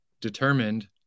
determined